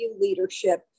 leadership